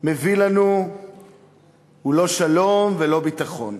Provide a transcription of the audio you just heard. מביא לנו היא לא שלום ולא ביטחון.